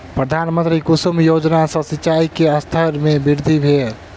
प्रधानमंत्री कुसुम योजना सॅ सिचाई के स्तर में वृद्धि भेल